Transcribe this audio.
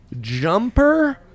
jumper